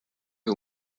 who